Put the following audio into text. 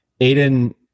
Aiden